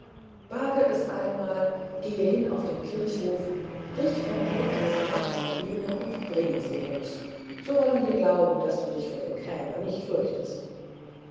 wage es einmal gehe hin auf den kirchhof brich von käthchens grab eine blume und bringe sie uns so wollen wir glauben daß du dich vor dem krämer nicht fürchtest